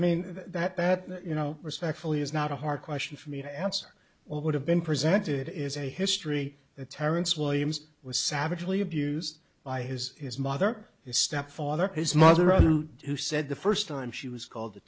mean that that you know respectfully is not a hard question for me to answer what would have been presented is a history that terrance williams was savagely abused by his his mother his stepfather his mother other who said the first time she was called to